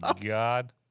god